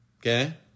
Okay